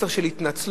מסר של התנצלות.